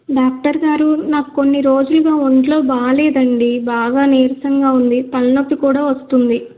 doctor గారు నాకు కొన్ని రోజులుగా ఒంట్లో బాగాలేదండి బాగా నీరసంగా ఉంది తలనొప్ప కూడా వస్తుంది